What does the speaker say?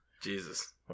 Jesus